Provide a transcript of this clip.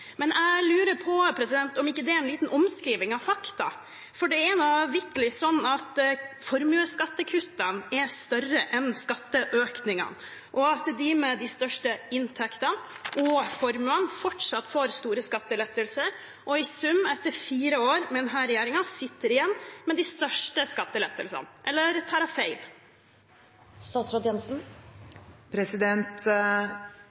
Men jeg lurer på om ikke det er en liten omskriving av fakta, for det er vitterlig sånn at formuesskattekuttene er større enn skatteøkningene, og at de med de største inntektene og formuene fortsatt får store skattelettelser. I sum etter fire år med denne regjeringen sitter de igjen med de største skattelettelsene. Eller